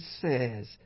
says